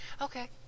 Okay